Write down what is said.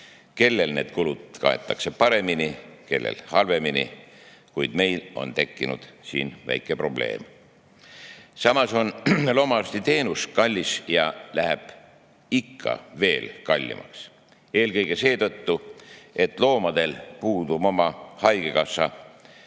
Kellel need kulud kaetakse paremini, kellel halvemini, kuid meil on tekkinud siin väike probleem. Samas on loomaarsti teenus kallis ja läheb ikka veel kallimaks. Eelkõige seetõttu, et loomadel puudub oma haigekassa,